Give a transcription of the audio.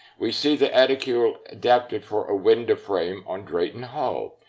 we see the aedicule adapted for a window frame on drayton hall,